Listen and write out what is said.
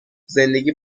زندگی